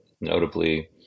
Notably